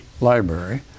Library